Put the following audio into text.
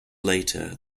later